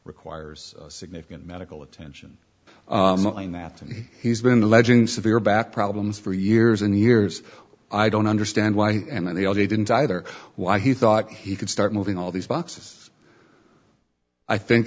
requires significant medical attention that he's been alleging severe back problems for years and years i don't understand why they all didn't either why he thought he could start moving all the box i think